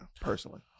personally